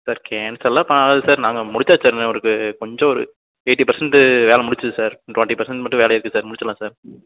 sir கேன்சலெலாம் ஆகாது sir நாங்கள் முடிச்சாச்சு சார் இன்னும் இருக்குது கொஞ்சம் ஒரு எயிட்டி பெர்சன்டு வேலை முடிச்சுது சார் இன்னும் டுவெண்ட்டி பெர்சன்ட் மட்டும் வேலை இருக்குது சார் முடிச்சிடலாம் சார்